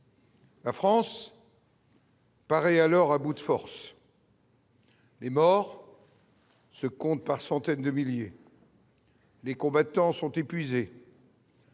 Poincaré. Paraît alors à bout de force. Les morts. Se comptent par centaines de milliers. Les combattants sont épuisés.